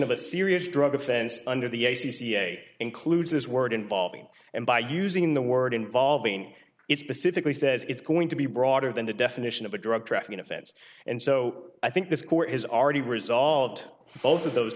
of a serious drug offense under the c c a includes this word involving and by using the word involving it specifically says it's going to be broader than the definition of a drug trafficking offense and so i think this court has already resolved both of those